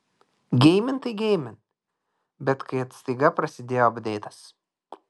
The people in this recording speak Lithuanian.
geimint tai geimint bet kad staiga prasidėjo apdeitas